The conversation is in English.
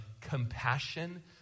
compassion